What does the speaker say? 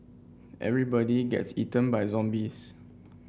everybody gets eaten by zombies